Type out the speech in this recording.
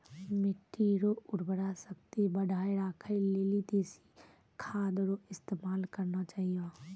मिट्टी रो उर्वरा शक्ति बढ़ाएं राखै लेली देशी खाद रो इस्तेमाल करना चाहियो